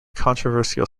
controversial